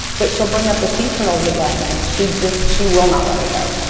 but she'll bring up the sea turtles again, and she just she will not let it go.